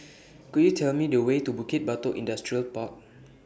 Could YOU Tell Me The Way to Bukit Batok Industrial Park